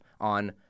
on